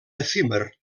efímer